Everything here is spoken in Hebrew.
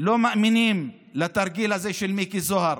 לא מאמינים לתרגיל הזה של מיקי זוהר,